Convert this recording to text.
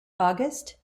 august